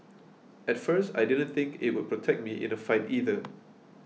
at first I didn't think it would protect me in a fight either